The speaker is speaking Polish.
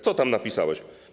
Co tam napisałeś?